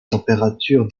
température